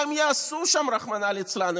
מה הם יעשו שם, רחמנא ליצלן?